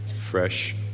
fresh